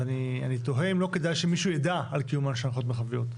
אז אני תוהה אם לא כדאי שמישהו ידע על קיומן של הנחיות מרחביות,